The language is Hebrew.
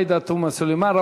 עאידה תומא סלימאן.